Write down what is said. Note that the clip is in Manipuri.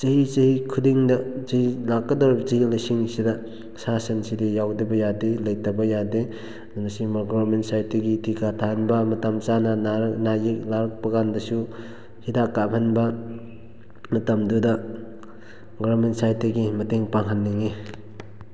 ꯆꯍꯤ ꯆꯍꯤ ꯈꯨꯗꯤꯡꯗ ꯆꯍꯤ ꯂꯥꯛꯀꯗꯧꯔꯤꯕ ꯆꯍꯤ ꯂꯤꯁꯤꯡꯁꯤꯗ ꯁꯥ ꯁꯟꯁꯤꯗꯤ ꯌꯥꯎꯗꯕ ꯌꯥꯗꯦ ꯂꯩꯇꯕ ꯌꯥꯗꯦ ꯑꯗꯨꯅ ꯁꯤꯃ ꯒꯣꯔꯃꯦꯟ ꯁꯥꯏꯠꯇꯒꯤ ꯇꯤꯀꯥ ꯊꯥꯍꯟꯕ ꯃꯇꯝ ꯆꯥꯅ ꯅꯥꯔꯛ ꯑꯅꯥ ꯑꯌꯦꯛ ꯂꯥꯛꯄ ꯀꯥꯟꯗꯁꯨ ꯍꯤꯗꯥꯛ ꯀꯥꯞꯍꯟꯕ ꯃꯇꯝꯗꯨꯗ ꯒꯣꯔꯃꯦꯟ ꯁꯥꯏꯠꯇꯒꯤ ꯃꯇꯦꯡ ꯄꯥꯡꯍꯟꯅꯤꯡꯏ